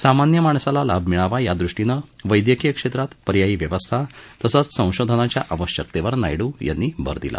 सामान्य माणसाला लाभ मिळावा या दृष्टीनं वैद्यकीय क्षेत्रात पर्यायी व्यवस्था तसंच संशोधनाच्या आवश्यकतेवर नायडू यांनी भर दिला